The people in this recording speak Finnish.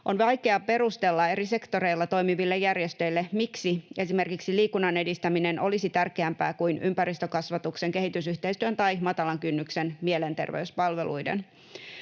On vaikea perustella eri sektoreilla toimiville järjestöille, miksi esimerkiksi liikunnan edistäminen olisi tärkeämpää kuin ympäristökasvatuksen, kehitysyhteistyön tai matalan kynnyksen mielenterveyspalveluiden.